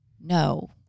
no